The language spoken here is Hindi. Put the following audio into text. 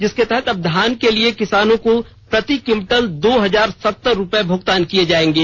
जिसके तहत अब धान के लिए किसानों को प्रति क्विंटल दो हजार सत्तर रूपये भुगतान किये जायेंगे